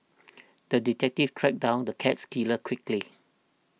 the detective tracked down the cats killer quickly